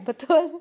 betul